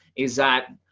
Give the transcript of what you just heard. is that,